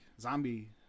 zombie